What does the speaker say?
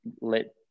let